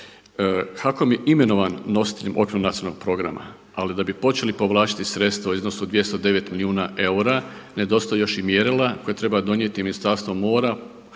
HAKOM je imenovan nositeljem okvirnog nacionalnog programa, ali da bi počeli povlačiti sredstva u iznosu od 209 milijuna eura nedostaju još i mjerila koje treba donijeti Ministarstvo mora,